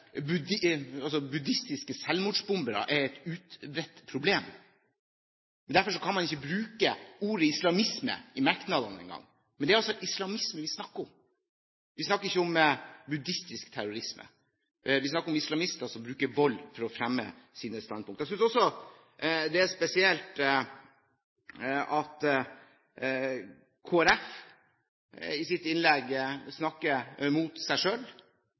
er altså islamisme vi snakker om. Vi snakker ikke om buddhistisk terrorisme. Vi snakker om islamister som bruker vold for å fremme sine standpunkter. Jeg synes også at det er spesielt at representanten fra Kristelig Folkeparti i sitt innlegg snakker mot seg